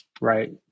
right